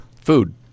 Food